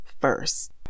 first